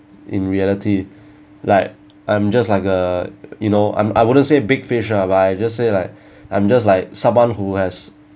in reality like I'm just like uh you know I'm I wouldn't say big fish lah but I just say like I'm just like someone who has